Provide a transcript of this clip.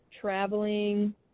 traveling